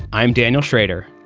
i'm daniel shrader.